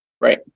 Right